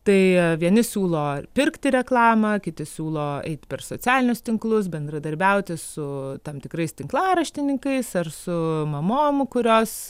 tai vieni siūlo pirkti reklamą kiti siūlo eit per socialinius tinklus bendradarbiauti su tam tikrais tinklaraštininkais ar su mamom kurios